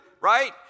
right